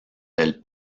del